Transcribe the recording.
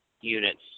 units